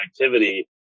activity